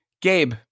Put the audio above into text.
Gabe